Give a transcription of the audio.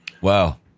Wow